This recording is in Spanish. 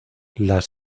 las